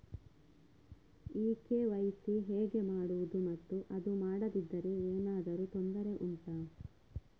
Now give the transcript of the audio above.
ಈ ಕೆ.ವೈ.ಸಿ ಹೇಗೆ ಮಾಡುವುದು ಮತ್ತು ಅದು ಮಾಡದಿದ್ದರೆ ಏನಾದರೂ ತೊಂದರೆ ಉಂಟಾ